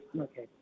Okay